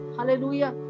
Hallelujah